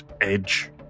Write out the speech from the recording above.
edge